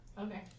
Okay